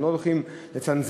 אנחנו לא הולכים לצנזר,